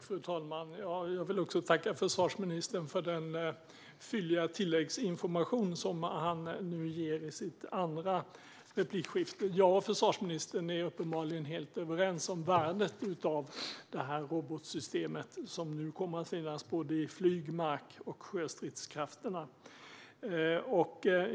Fru talman! Jag vill tacka försvarsministern för den fylliga tilläggsinformation han nu gav i sitt andra inlägg. Försvarsministern och jag är uppenbarligen helt överens om värdet av detta robotsystem, som nu kommer att finnas i såväl flyg som mark och sjöstridskrafterna.